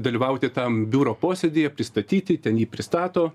dalyvauti tam biuro posėdyje pristatyti ten jį pristato